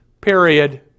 period